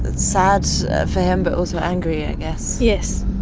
ah sad so for him but also angry, i guess yes.